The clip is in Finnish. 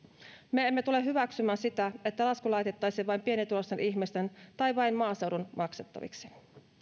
me emme tule hyväksymään sitä että lasku laitettaisiin vain pienituloisten ihmisten tai vain maaseudun maksettavaksi